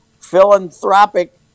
philanthropic